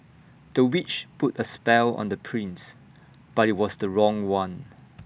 the witch put A spell on the prince but IT was the wrong one